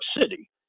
City